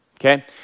okay